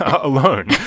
alone